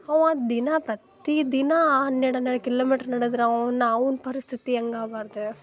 ಅವ ದಿನ ಪ್ರತಿ ದಿನ ಆ ಹನ್ನೆರಡು ಹನ್ನೆರಡು ಕಿಲೋಮಿಟ್ರ್ ನಡೆದ್ರೆ ಅವ್ನ ಅವ್ನ ಪರಿಸ್ಥಿತಿ ಹೇಗ್ ಆಗ್ಬಾರ್ದು